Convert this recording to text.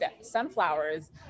sunflowers